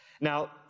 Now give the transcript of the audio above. Now